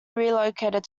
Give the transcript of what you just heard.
relocated